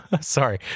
sorry